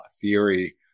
theory